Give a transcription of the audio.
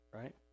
Right